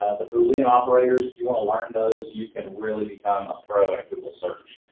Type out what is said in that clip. ah the boolean operators, if you want to learn those, you can really become a pro at google search.